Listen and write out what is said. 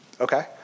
Okay